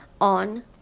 on